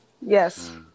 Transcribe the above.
Yes